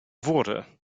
wurde